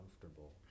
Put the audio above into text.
comfortable